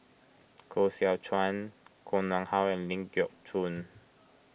Koh Seow Chuan Koh Nguang How and Ling Geok Choon